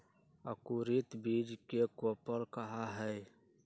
अंकुरित बीज के कोपल कहा हई